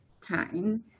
time